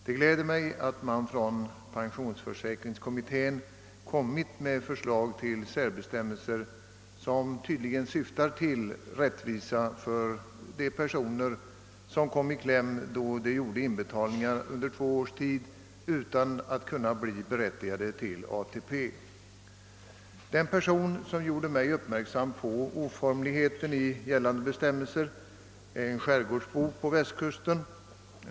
Det gläder mig att pensionsförsäkringskommittén har framlagt förslag om särbestämmelser, som tydligen syftar till att åstadkomma rättvisa för de personer som råkade i kläm då de gjorde inbetalningar under två års tid utan att bli berättigade till ATP. Den person som gjorde mig uppmärksam på oformligheten i gällande bestämmelser är en skärgårdsbo på västkusten.